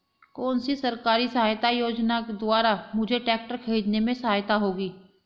कौनसी सरकारी सहायता योजना के द्वारा मुझे ट्रैक्टर खरीदने में सहायक होगी?